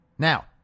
Now